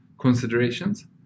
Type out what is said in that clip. considerations